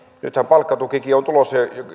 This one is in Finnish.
nythän palkkatukikin on tulossa